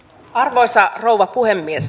arvoisa rouva puhemies